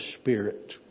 Spirit